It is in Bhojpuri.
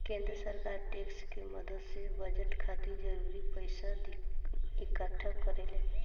केंद्र सरकार टैक्स के मदद से बजट खातिर जरूरी पइसा इक्कठा करेले